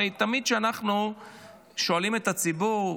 הרי תמיד כשאנחנו שואלים את הציבור,